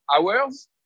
hours